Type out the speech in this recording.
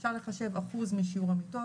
אפשר לחשב אחוז משיעור המיטות,